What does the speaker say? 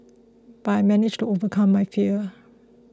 but I managed to overcome my fear